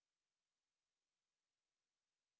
or if or if that you're still on the line